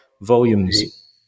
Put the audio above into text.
volumes